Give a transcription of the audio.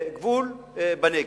גבול בנגב.